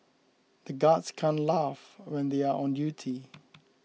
the guards can't laugh when they are on duty